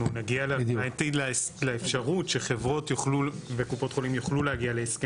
אנחנו נגיע בעתיד לאפשרות שחברות יוכלו וקופות חולים יוכלו להגיע להסכם.